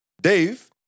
Dave